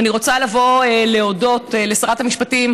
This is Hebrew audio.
ואני רוצה להודות לשרת המשפטים,